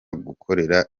gukorera